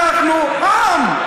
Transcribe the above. אנחנו עם.